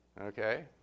Okay